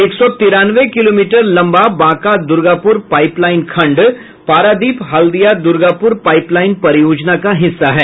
एक सौ तिरानवे किलोमीटर लम्बा बांका दूर्गापुर पाइपलाइन खंड पारादीप हल्दिया दुर्गापुर पाइपलाइन परियोजना का हिस्सा है